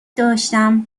داشتم